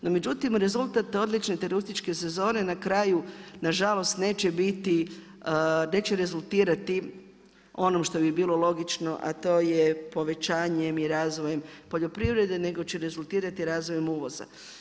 No međutim rezultat te odlične turističke sezone na kraju, nažalost neće biti, neće rezultirati onom što bi bilo logično a to je povećanjem i razvojem poljoprivrede nego će rezultirati razvojem uvoza.